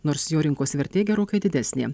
nors jo rinkos vertė gerokai didesnė